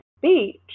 beach